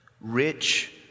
rich